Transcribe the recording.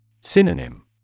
Synonym